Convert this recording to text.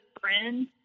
friend